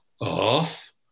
off